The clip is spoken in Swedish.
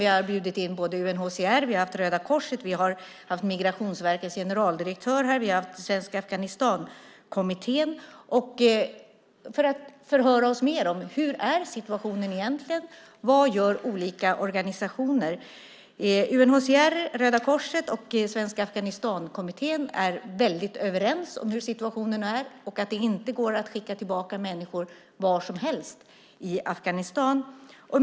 Vi har bjudit in UNHCR, Röda Korset, Migrationsverkets generaldirektör och Svenska Afghanistankommittén för att förhöra oss mer om hur situationen egentligen är och vad olika organisationer gör. UNHCR, Röda Korset och Svenska Afghanistankommittén är väldigt överens om hur situationen ser ut och att det inte går att skicka tillbaka människor vart som helst i Afghanistan.